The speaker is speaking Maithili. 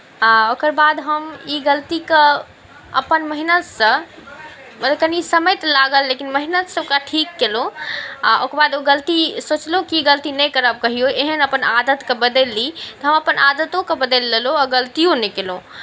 आ ओकर बाद हम ई ग़लतीकेँ अपन मेहनतसँ मतलब कनि समय तऽ लागल लेकिन मेहनतसँ ओकरा ठीक केलहुँ आ ओकर बाद ओ गलती सोचलहुँ कि ई गलती नहि करब कहिओ एहन अपन आदतकेँ बदलि ली तऽ हम अपन आदतोकेँ बदलि लेलहुँ आ गलतिओ नहि केलहुँ